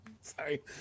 sorry